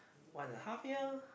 one and a half year